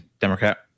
Democrat